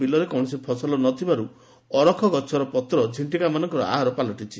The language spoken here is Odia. ବିଲ୍ରେ କୌଣସି ଫସଲ ନ ଥିବାରୁ ଅରଖଗଛର ପତ୍ର ଝିଣ୍ଟିକା ମାନଙ୍କର ଆହାର ପାଲଟିଛି